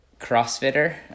CrossFitter